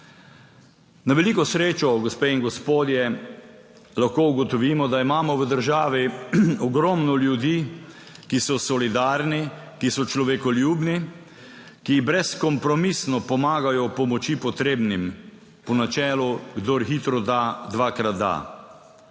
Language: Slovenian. Na veliko srečo, gospe in gospodje, Lahko ugotovimo, da imamo v državi ogromno ljudi, ki so solidarni, ki so človekoljubni, ki brezkompromisno pomagajo pomoči potrebnim, po načelu, kdor hitro da, dvakrat da.